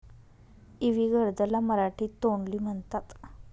इवी गर्द ला मराठीत तोंडली म्हणतात